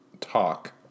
talk